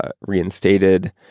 reinstated